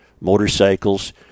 motorcycles